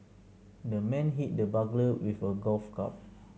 the man hit the burglar with a golf club